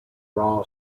raw